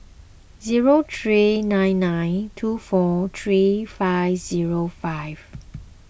zero three nine nine two four three five zero five